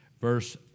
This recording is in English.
verse